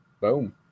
boom